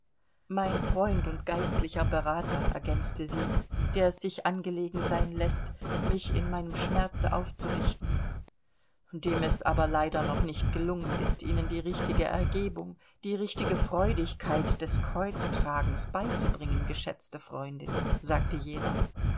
mein freund und geistlicher berater ergänzte sie der es sich angelegen sein läßt mich in meinem schmerze aufzurichten dem es aber leider noch nicht gelungen ist ihnen die richtige ergebung die richtige freudigkeit des kreuztragens beizubringen geschätzte freundin sagte jener